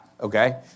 Okay